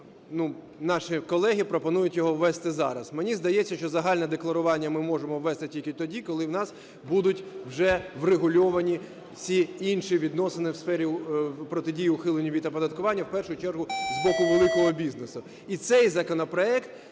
наші колеги пропонують його ввести зараз. Мені здається, що загальне декларування ми можемо ввести тільки тоді, коли у нас будуть вже врегульовані всі інші відносини у сфері протидії ухилення від оподаткування, в першу чергу з боку великого бізнесу. І цей законопроект